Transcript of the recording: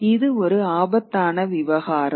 இது ஒரு ஆபத்தான விவகாரம்